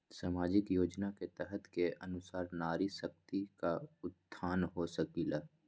सामाजिक योजना के तहत के अनुशार नारी शकति का उत्थान हो सकील?